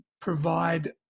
provide